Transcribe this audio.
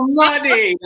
money